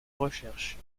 recherches